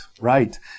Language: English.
right